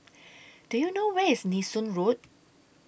Do YOU know Where IS Nee Soon Road